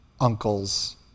uncles